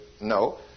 No